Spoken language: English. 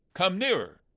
come nearer.